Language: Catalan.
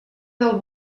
del